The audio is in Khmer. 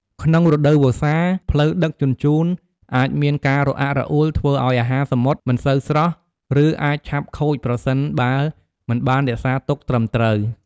ក្នុងរដូវវស្សា ផ្លូវដឹកជញ្ជូនអាចមានការរអាក់រអួល ធ្វើឱ្យអាហារសមុទ្រមិនសូវស្រស់ ឬអាចឆាប់ខូចប្រសិនបើមិនបានរក្សាទុកត្រឹមត្រូវ។